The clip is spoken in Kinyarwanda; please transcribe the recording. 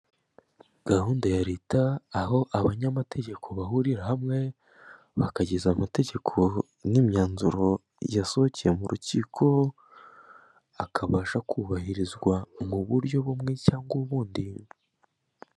Gahunda ya leta aho abanyamategeko bahurira hamwe bakageze amategeko n'imyanzuro yasohokeye mu rukiko, akabasha kubahirizwa mu buryo bumwe cyangwa ubundi.